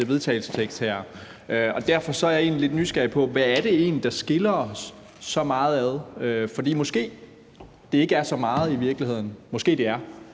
vedtagelse her, og derfor er jeg egentlig lidt nysgerrig på, hvad det egentlig er, der skiller os så meget ad. For måske er det i virkeligheden ikke så